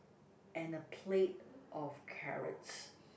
and a plate of carrots